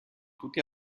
tutti